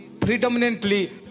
predominantly